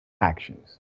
actions